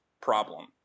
problem